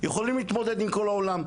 יכולים להתמודד עם כל העולם,